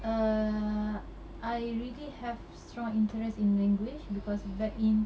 err I really have strong interest in language because back in